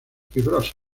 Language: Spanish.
fibrosas